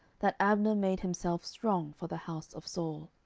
that abner made himself strong for the house of saul.